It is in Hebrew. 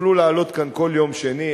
תוכלו לעלות כאן כל יום שני,